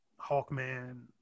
Hawkman